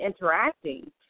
interacting